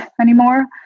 anymore